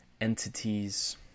entities